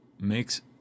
makes